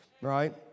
Right